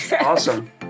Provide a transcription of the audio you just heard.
Awesome